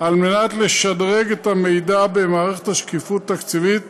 כדי לשדרג את המידע במערכת השקיפות התקציבית